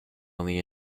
only